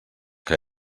que